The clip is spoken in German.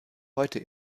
heute